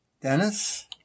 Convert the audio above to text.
Dennis